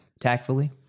tactfully